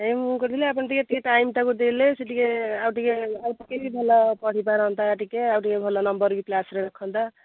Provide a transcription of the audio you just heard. ଏଇ ମୁଁ କହୁଥିଲି ଆପଣ ଟିକେ ଠିକ୍ ଟାଇମ୍ ତାକୁ ଦେଲେ ସିଏ ଟିକେ ଆଉ ଟିକେ ଆଉ ଟିକେ ବି ଭଲ ପଢ଼ି ପାରନ୍ତା ଟିକେ ଆଉ ଟିକେ ଭଲ ନମ୍ବର୍ ବି କ୍ଲାସରେ ରଖନ୍ତା